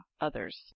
others